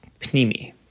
Pnimi